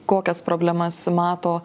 kokias problemas mato